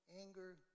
anger